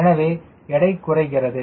எனவே எடை குறைகிறது